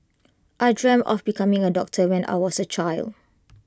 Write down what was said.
I dreamt of becoming A doctor when I was A child